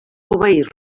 obeir